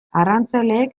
arrantzaleek